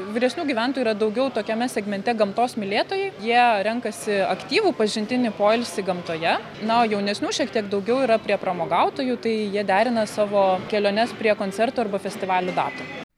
vyresnių gyventojų yra daugiau tokiame segmente gamtos mylėtojai jie renkasi aktyvų pažintinį poilsį gamtoje na o jaunesnių šiek tiek daugiau yra prie pramogautojų tai jie derina savo keliones prie koncertų arba festivalių datų